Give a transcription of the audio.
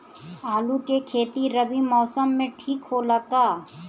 आलू के खेती रबी मौसम में ठीक होला का?